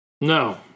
No